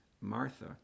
Martha